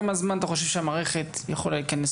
כמה זמן אתה חושב שהמערכת יכולה להיכנס